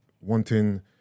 wanting